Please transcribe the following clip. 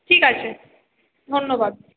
ঠিক আছে ধন্যবাদ